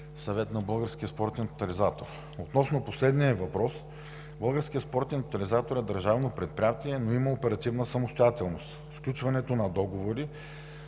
съвет на Българския спортен тотализатор. Относно последния въпрос, Българският спортен тотализатор е държавно предприятие, но има оперативна самостоятелност. Сключването на договори